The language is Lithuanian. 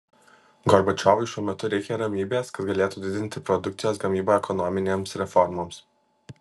gorbačiovui šiuo metu reikia ramybės kad galėtų didinti produkcijos gamybą ekonominėms reformoms